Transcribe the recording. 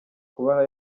kuba